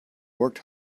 worked